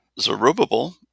Zerubbabel